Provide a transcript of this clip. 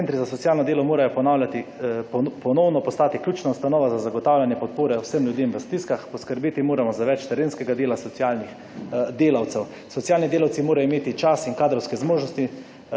centri za socialno delo morajo ponovno postati ključna ustanova za zagotavljanje podpore vsem ljudem v stiskah, poskrbeti moramo za več terenskega dela socialnih delavcev. Socialni delavci morajo imeti čas in kadrovske zmožnosti